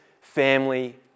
family